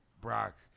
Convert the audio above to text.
Brock